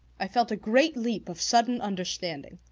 i felt a great leap of sudden understanding.